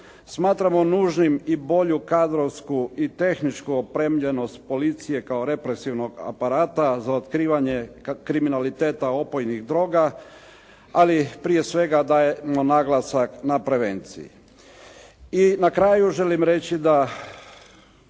Smatramo nužnim i bolju kadrovsku i tehničku opremljenost policije kao represivnog aparata za otkrivanje kriminaliteta opojnih droga, ali prije svega dajemo naglasak na prevenciji. I na kraju želim reći da